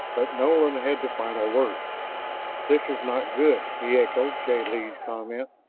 but nolan had the final word this is not good, he echoed jil-lee's comment.